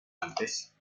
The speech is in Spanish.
antes